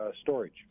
storage